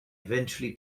eventually